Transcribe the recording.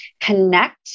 connect